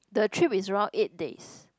the trip is around eight days